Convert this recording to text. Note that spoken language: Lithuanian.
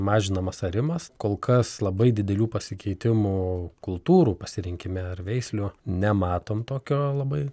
mažinamas arimas kol kas labai didelių pasikeitimų kultūrų pasirinkime ar veislių nematom tokio labai